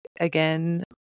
again